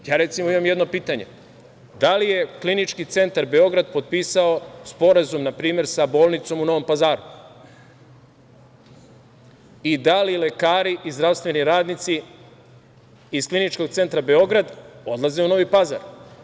Ja, recimo, imam jedno pitanje – da li je Klinički centar Beograd potpisao sporazum npr. sa bolnicom u Novom Pazaru i da li lekari i zdravstveni radnici iz Kliničkog centra Beograd odlaze u Novi Pazar?